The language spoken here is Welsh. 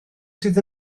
sydd